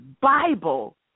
Bible